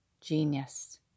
genius